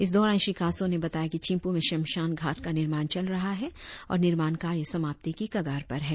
इस दौरान श्री कासो ने बताया कि चिंपू में शमशान घाट का निर्माण चल रहा है और निर्माण कार्य समाप्ति की कगार पर है